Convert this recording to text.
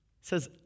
says